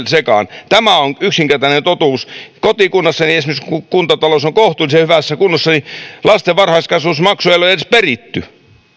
sekaan kun tämä on yksinkertainen totuus esimerkiksi kotikunnassani kuntatalous on kohtuullisen hyvässä kunnossa joten lasten varhaiskasvatusmaksuja ei ole edes peritty